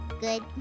good